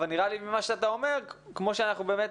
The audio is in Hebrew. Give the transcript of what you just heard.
נראה לי ממה שאתה אומר, כמו שאנחנו רואים